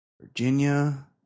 Virginia